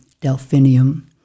delphinium